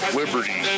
liberty